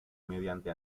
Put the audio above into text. mediante